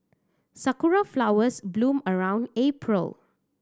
sakura flowers bloom around April